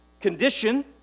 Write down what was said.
Condition